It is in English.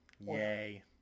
yay